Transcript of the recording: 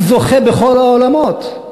הוא זוכה בכל העולמות.